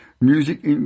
Music